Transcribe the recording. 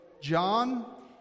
John